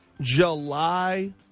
July